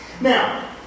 Now